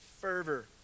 fervor